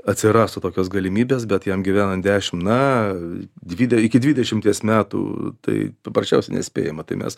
atsirastų tokios galimybės bet jam gyvenant dešim na dvide iki dvidešimties metų tai paprasčiausiai nespėjama tai mes